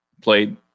played